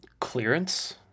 Clearance